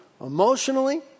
emotionally